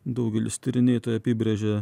daugelis tyrinėtojų apibrėžė